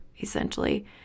essentially